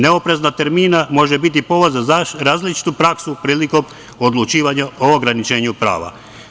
Neoprezan termina može biti povod za različitu praksu prilikom odlučivanju o ograničenju prava.